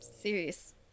serious